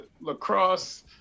lacrosse